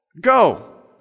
Go